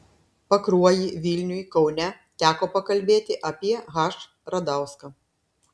pakruojy vilniuj kaune teko pakalbėti apie h radauską